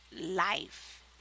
life